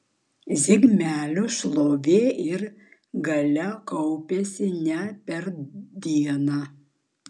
zigmelio šlovė ir galia kaupėsi ne per dieną